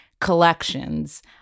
collections